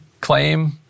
claim